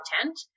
content